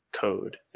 code